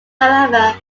however